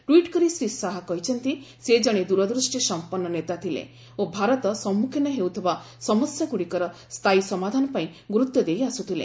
tweet କରି ଶ୍ରୀ ଶାହା କହିଛନ୍ତି ସେ ଜଣେ ଦୂରଦୃଷ୍ଟିସମ୍ପନ୍ନ ନେତା ଥିଲେ ଓ ଭାରତ ସମ୍ମୁଖୀନ ହେଉଥିବା ସମସ୍ୟା ଗୁଡ଼ିକର ସ୍ଥାୟୀ ସମାଧାନ ପାଇଁ ଗୁରୁତ୍ୱ ଦେଇ ଆସ୍ୱଥିଲେ